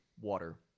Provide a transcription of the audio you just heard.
water